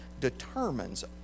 determines